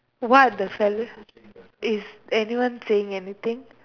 one of the fella is anyone saying anything